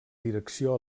direcció